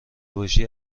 باشی